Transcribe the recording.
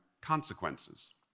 consequences